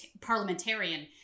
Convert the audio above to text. parliamentarian